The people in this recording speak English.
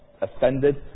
offended